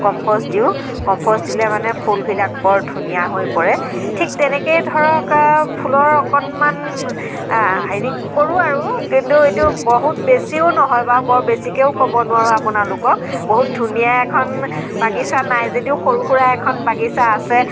দিওঁ দিলে মানে ফুলবিলাক বৰ ধুনীয়া হৈ পৰে ঠিক তেনেকেই ধৰক আৰু ফুলৰ অকণমান হেৰি কৰোঁ আৰু কিন্তু এইটো বহুত বেছিও নহয় বাৰু বহুত বেছিকেও ক'ব নোৱাৰোঁ আপোনালোকক বহুত ধুনীয়া এখন বাগিচা নাই যদিও সৰু সুৰা এখন বগিচা আছে